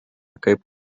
kaip